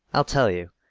i'll tell you.